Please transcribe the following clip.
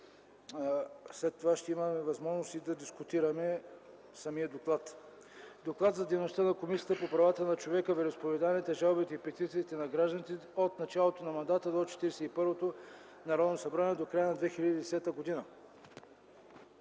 След това ще имаме възможност да дискутираме самия доклад. „ДОКЛАД за дейността на Комисията по правата на човека, вероизповеданията, жалбите и петициите на гражданите от началото на мандата на 41-то Народно събрание до края на 2010 г.